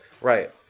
Right